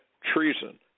treason